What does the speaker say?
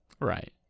right